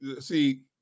see